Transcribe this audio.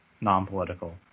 non-political